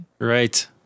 right